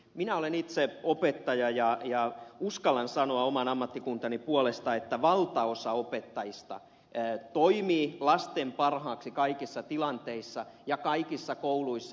minä olen itse opettaja ja uskallan sanoa oman ammattikuntani puolesta että valtaosa opettajista toimii lasten parhaaksi kaikissa tilanteissa ja kaikissa kouluissa